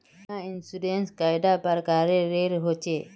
बीमा इंश्योरेंस कैडा प्रकारेर रेर होचे